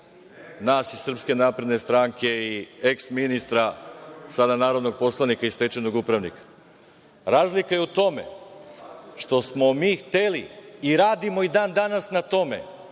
nas i SNS-a i eh ministra, sada narodnog poslanika i stečajnog upravnika. Razlika je u tome što smo mi hteli, i radimo i dan danas na tome